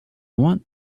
want